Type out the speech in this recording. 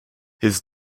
his